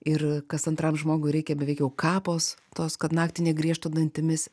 ir kas antram žmogui reikia beveik jau kapos tos kad naktį negriežtų dantimis